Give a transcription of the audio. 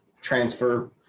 transfer